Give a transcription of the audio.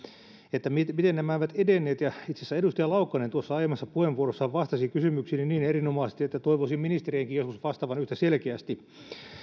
miten nämä eivät edenneet itse asiassa edustaja laukkanen tuossa aiemmassa puheenvuorossaan vastasi kysymyksiini niin erinomaisesti että toivoisin ministerienkin joskus vastaavan yhtä selkeästi